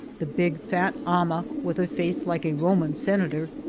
the big, fat ama, with a face like a roman senator,